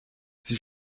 sie